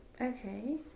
Okay